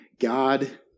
God